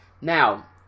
Now